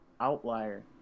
outlier